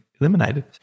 eliminated